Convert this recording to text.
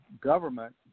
government